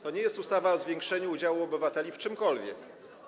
To nie jest ustawa o zwiększeniu udziału obywateli w czymkolwiek.